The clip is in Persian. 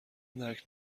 درک